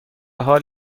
حال